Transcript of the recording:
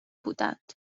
بودند